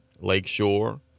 Lakeshore